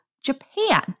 Japan